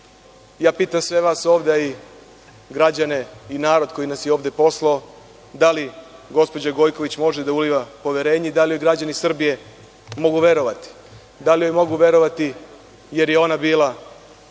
pitam sve vas ovde, a i građane i narod koji nas je ovde poslao, da li gospođa Gojković može da uliva poverenje i da li joj građani Srbije mogu verovati? Da li joj mogu verovati jer je ona bila